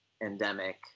endemic